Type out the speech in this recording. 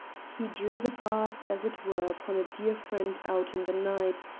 he drew the bars as it were upon a dear friend out in the night,